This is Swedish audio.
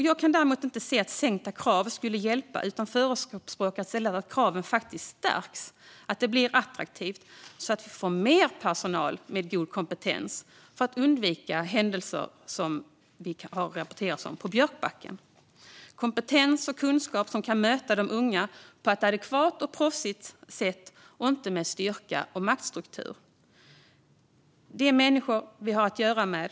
Jag kan däremot inte se att sänkta krav skulle hjälpa. Jag förespråkar i stället att kraven stärks. Det ska bli attraktivt, och vi ska få mer personal med god kompetens, så att vi kan undvika sådana händelser som det har rapporterats om från Björkbacken. Kompetens och kunskap kan möta de unga på ett adekvat och proffsigt sätt i stället för styrka och maktstruktur. Det är människor vi har att göra med.